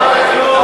לא אמרת כלום.